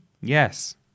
Yes